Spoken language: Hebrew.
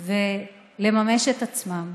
ולממש את עצמם.